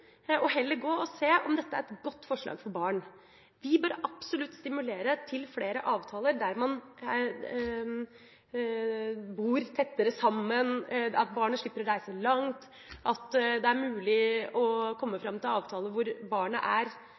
se på om dette er et godt forslag for barn. Vi bør absolutt stimulere til flere avtaler der man bor tettere sammen, der barnet slipper å reise langt, og der det er mulig å komme fram til avtaler hvor barnet er